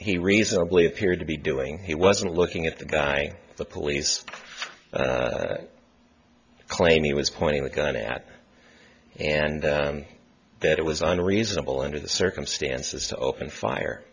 he reasonably appeared to be doing he wasn't looking at the guy the police claim he was pointing the gun at and that it was unreasonable under the circumstances to open fire